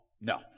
No